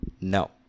No